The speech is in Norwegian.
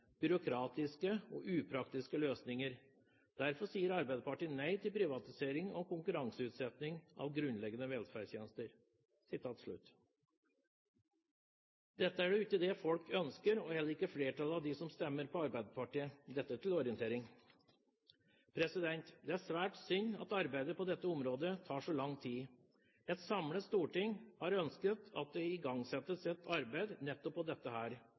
byråkratiske og upraktiske løsninger. Derfor sier Arbeiderpartiet nei til privatisering og konkurranseutsetting av grunnleggende velferdstjenester.» Dette er jo ikke det folk ønsker – heller ikke flertallet av dem som stemmer på Arbeiderpartiet. Dette til orientering. Det er svært synd at arbeidet på dette området tar så lang tid. Et samlet storting har ønsket at det igangsettes et arbeid nettopp med dette.